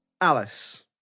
Alice